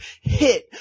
hit